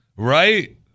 Right